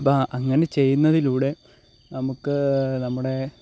അപ്പം അങ്ങനെ ചെയ്യുന്നതിലൂടെ നമുക്ക് നമ്മുടെ